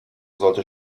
sollte